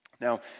Now